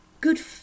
good